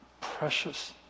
precious